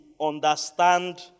understand